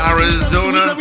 Arizona